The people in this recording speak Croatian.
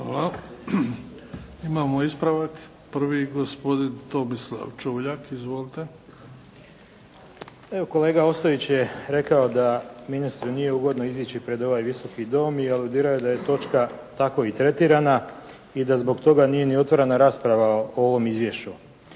Hvala. Imamo ispravak prvi. Gospodin Tomislav Čuljak. Izvolite. **Čuljak, Tomislav (HDZ)** Evo, kolega Ostojić je rekao da ministru nije ugodno izići pred ovaj Visoki dom i aludirao je da je točka tako i tretirana i da zbog toga nije ni otvarana rasprava o ovom izvješću.